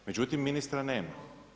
Međutim, ministra nema.